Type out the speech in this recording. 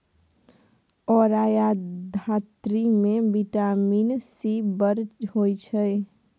औरा या धातृ मे बिटामिन सी बड़ होइ छै